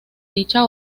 dicha